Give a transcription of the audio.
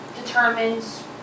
determines